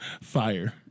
fire